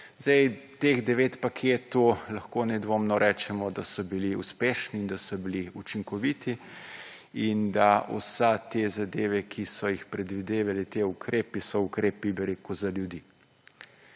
Zdaj, teh devet paketov lahko nedvomno rečemo, da so bili uspešni in da so dili učinkoviti in da vse te zadeve, ki so jih predvidevali ti ukrepi, so ukrepi za ljudi.